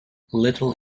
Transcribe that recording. little